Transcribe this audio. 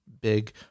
big